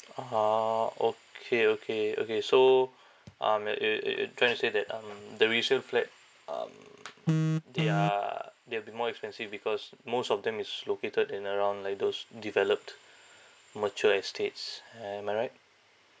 (uh huh) okay okay okay so um you're trying to say that um the resale flat um they are they'll be more expensive because most of them is located in around like those developed mature estates am I right